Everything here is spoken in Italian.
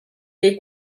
dei